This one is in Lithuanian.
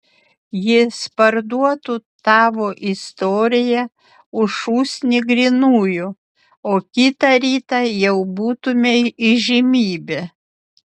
jis parduotų tavo istoriją už šūsnį grynųjų o kitą rytą jau būtumei įžymybė